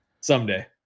Someday